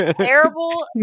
terrible